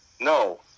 no